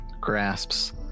grasps